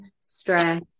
stress